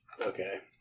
Okay